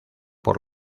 por